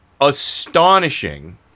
astonishing